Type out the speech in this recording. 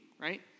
right